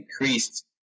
increased